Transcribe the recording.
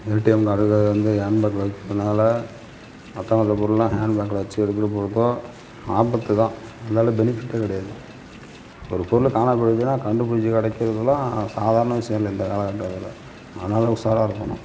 ATM card வந்து ஹேண்ட்பேக்கில் வைக்கிறதினால மற்ற மற்ற பொருளெலாம் ஹேண்ட்பேக்கில் வச்சு எடுத்துகிட்டு போகிறதும் ஆபத்து தான் அதனால் பெனிஃபிட்டே கிடையாது ஒரு பொருள் காணாம போயிடுச்சுன்னா கண்டுபுடிச்சு கிடைக்கிறதுலாம் சாதாரண விஷயம் இல்லை இந்த காலகட்டத்தில் அதனால் உஷாராக இருக்கணும்